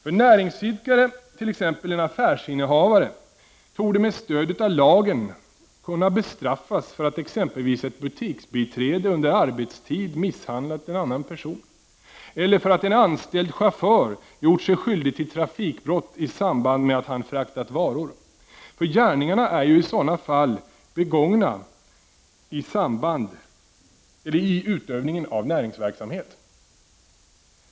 En näringsidkare, t.ex. en affärsinnehavare, torde med stöd av lagen också kunna bestraffas för att exempelvis ett butiksbiträde under arbetstid misshandlat en annan person eller för att en anställd chaufför gjort sig skyldig till trafikbrott i samband med att han fraktat varor — gärningarna har ju i sådana fall begåtts i utövningen av näringsverksamhet.